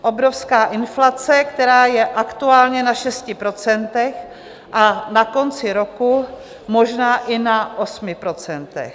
Obrovská inflace, která je aktuálně na 6 procentech a na konci roku možná i na 8 procentech.